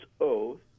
oath